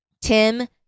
Tim